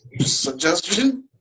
Suggestion